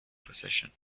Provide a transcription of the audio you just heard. possession